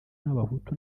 n’abahutu